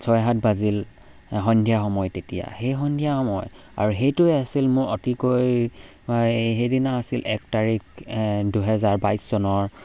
ছয় সাত বাজিল সন্ধিয়া সময় তেতিয়া সেই সন্ধিয়া সময় আৰু সেইটোৱে আছিল মোৰ অতিকৈ সেইদিনা আছিল এক তাৰিখ দুহেজাৰ বাইছ চনৰ